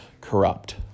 corrupt